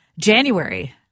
January